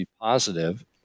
positive